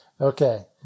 Okay